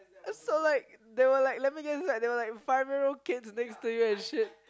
it's so like there were like let me guess inside there were like five year old kids next to you and shit